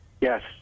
Yes